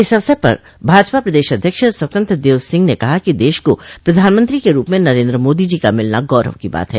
इस अवसर पर भाजपा प्रदेश अध्यक्ष स्वतंत्र देव सिंह ने कहा कि देश को प्रधानमंत्री के रूप में नरेन्द्र मोदी जी का मिलना गौरव की बात है